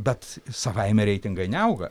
bet savaime reitingai neauga